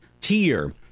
tier